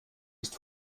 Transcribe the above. ist